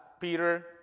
Peter